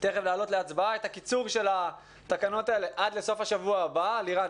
להעלות להצבעה את הקיצור של התקנות האל העד לסוף השבוע הבא לירן,